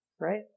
right